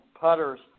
putters